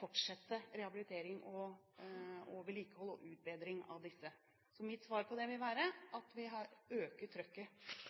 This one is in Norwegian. fortsette rehabilitering og vedlikehold og utbedring av disse. Så mitt svar på dette vil være at vi vil øke trykket